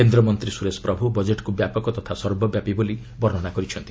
କେନ୍ଦ୍ରମନ୍ତ୍ରୀ ସୁରେଶ ପ୍ରଭୁ ବଜେଟ୍କୁ ବ୍ୟାପକ ତଥା ସର୍ବବ୍ୟାପୀ ବୋଲି ବର୍ଷନା କରିଛନ୍ତି